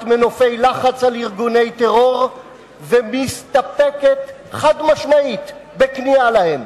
מנופי לחץ על ארגוני טרור ומסתפקת חד-משמעית בכניעה להם,